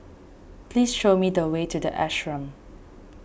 please show me the way to the Ashram